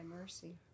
mercy